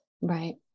Right